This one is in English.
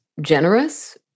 generous